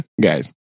guys